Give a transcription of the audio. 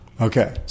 Okay